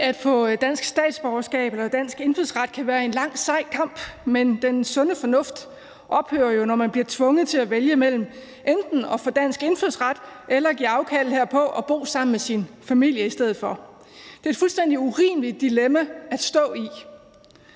at få dansk statsborgerskab eller dansk indfødsret kan være en lang sej kamp, men den sunde fornuft ophører jo, når man bliver tvunget til at vælge mellem enten at få dansk indfødsret eller at give afkald herpå og bo sammen med sin familie i stedet for. Det er et fuldstændig urimeligt dilemma at stå i.